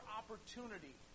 opportunity